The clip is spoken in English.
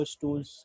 tools